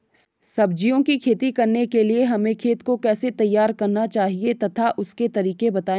सब्जियों की खेती करने के लिए हमें खेत को कैसे तैयार करना चाहिए तथा उसके तरीके बताएं?